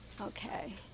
okay